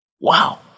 Wow